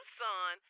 son